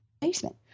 basement